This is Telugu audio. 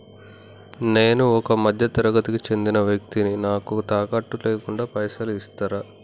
నేను ఒక మధ్య తరగతి కి చెందిన వ్యక్తిని నాకు తాకట్టు లేకుండా పైసలు ఇస్తరా?